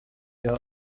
inde